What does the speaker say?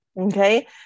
okay